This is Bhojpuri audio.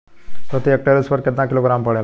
प्रति हेक्टेयर स्फूर केतना किलोग्राम पड़ेला?